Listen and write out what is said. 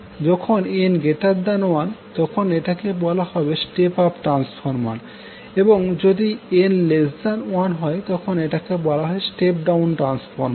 যখন n1তখন এটাকে বলা হয় স্টেপ আপ ট্রান্সফরমার এবং যদি n1 হয় তখন এটাকে বলা হয় স্টেপ ডাউন ট্রান্সফর্মার